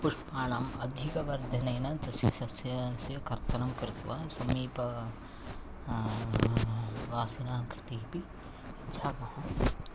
पुष्पाणाम् अधिकवर्धनेन तस्य सस्यस्य कर्तनं कृत्वा समीपे वासिनाङ्कृतेऽपि यच्छामः